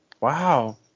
wow